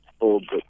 Old